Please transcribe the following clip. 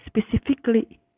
specifically